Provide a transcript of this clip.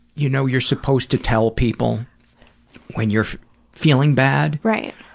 you know you're supposed to tell people when you're feeling bad. right.